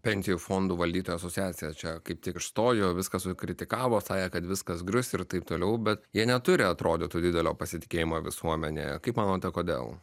pensijų fondų valdytojų asociacija čia kaip tik išstojo viską sukritikavo sakė kad viskas grius ir taip toliau bet jie neturi atrodytų didelio pasitikėjimo visuomenėje kaip manote kodėl